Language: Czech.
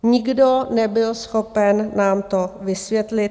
Nikdo nebyl schopen nám to vysvětlit.